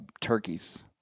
turkeys